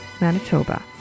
Manitoba